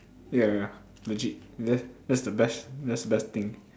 ya ya ya legit that that's the best that's the best thing